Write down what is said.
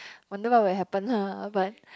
wonder what will happen lah but